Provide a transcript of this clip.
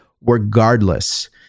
regardless